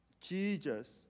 Jesus